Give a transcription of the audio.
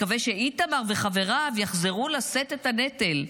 מקווה שאיתמר וחבריו יחזרו לשאת בנטל.